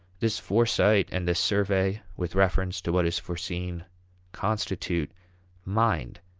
this foresight and this survey with reference to what is foreseen constitute mind.